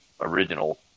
original